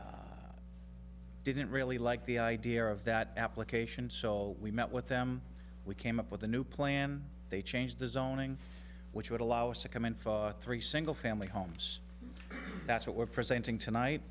i didn't really like the idea of that application so we met with them we came up with a new plan they changed the zoning which would allow us to come in three single family homes that's what we're presenting tonight